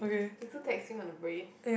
it's too taxing on the brain